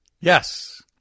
Yes